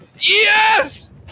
Yes